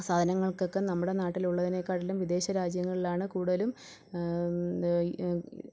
സാധനങ്ങൾക്കൊക്കെ നമ്മുടെ നാട്ടിലുള്ളതിനേക്കാട്ടിലും വിദേശ രാജ്യങ്ങളിലാണ് കൂടുതലും